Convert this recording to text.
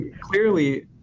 clearly